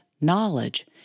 knowledge